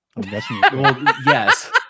yes